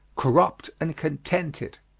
corrupt and contented.